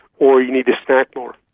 or you need to snack more.